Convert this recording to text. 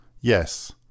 Yes